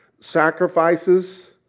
sacrifices